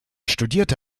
studierte